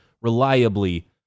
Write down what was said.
reliably